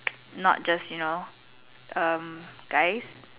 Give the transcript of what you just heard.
not just you know um guys